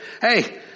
hey